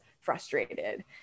frustrated